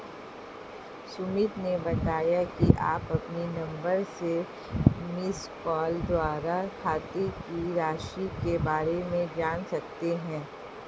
सुमित ने बताया कि आप अपने नंबर से मिसकॉल द्वारा खाते की राशि के बारे में जान सकते हैं